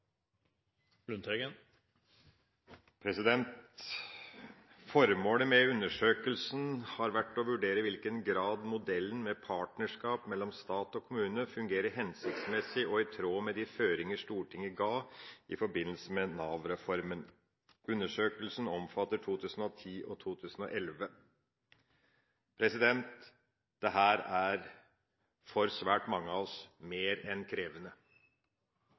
Formålet med undersøkelsen har vært å vurdere i hvilken grad modellen med partnerskap mellom stat og kommune fungerer hensiktsmessig og i tråd med de føringer Stortinget ga i forbindelse med Nav-reformen. Undersøkelsen omfatter 2010 og 2011. Dette er for svært mange av oss mer enn krevende.